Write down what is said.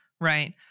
right